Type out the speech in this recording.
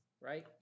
right